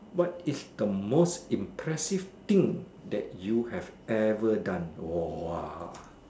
what is the most impressive thing that you have ever done !wah!